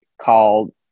called